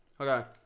Okay